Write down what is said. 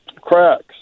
cracks